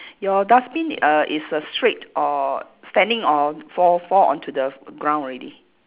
your dustbin err is a straight or standing or fall fall onto the ground already